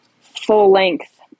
full-length